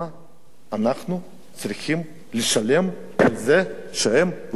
אנחנו צריכים לשלם על זה שהם לא משרתים בצבא?